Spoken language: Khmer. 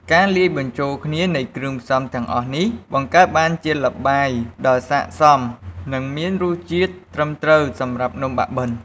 ការលាយបញ្ចូលគ្នានៃគ្រឿងផ្សំទាំងអស់នេះ បង្កើតបានជាល្បាយដ៏ស័ក្តិសម និងមានរសជាតិត្រឹមត្រូវសម្រាប់នំបាក់បិន។